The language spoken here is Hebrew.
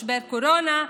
משבר קורונה,